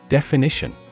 Definition